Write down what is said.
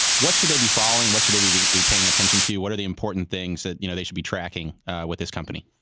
what should they be following? what should they be be paying attention to? what are the important things that you know they should be tracking with this company?